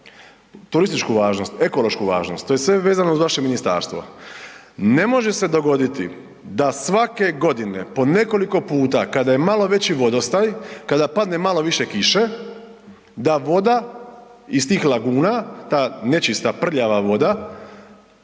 Turističku važnost, ekološku važnost, to je sve vezano uz vaše ministarstvo. Ne može se dogoditi da svake godine po nekoliko puta kada je malo veći vodostaj, kada padne malo više kiše da voda iz tih laguna, ta nečista prljava voda